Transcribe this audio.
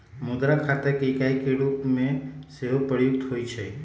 मुद्रा खता के इकाई के रूप में सेहो प्रयुक्त होइ छइ